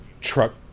truck